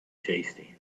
tasty